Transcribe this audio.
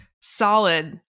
solid